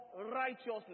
righteousness